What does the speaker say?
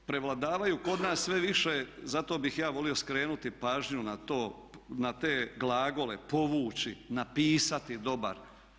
Dakle, prevladavaju kod nas sve više, zato bih ja volio skrenuti pažnju na te glagole povući, napisati dobar.